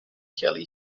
kelly